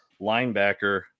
linebacker